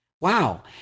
Wow